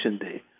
Day